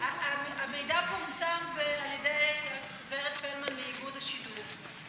המידע פורסם על ידי ורד פלמן מתאגיד השידור.